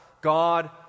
God